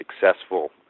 successful